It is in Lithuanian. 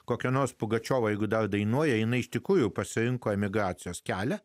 kokia nors pugačiovo jeigu dar dainuoja jinai iš tikrųjų pasirinko emigracijos kelią